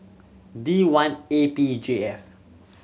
D one A P J F